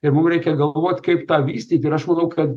ir mum reikia galvot kaip tą vystyt ir aš manau kad